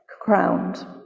crowned